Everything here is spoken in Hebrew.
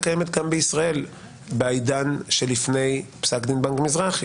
קיימת גם בישראל בעידן שלפני פסק דין בנק מזרחי,